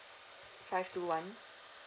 five two one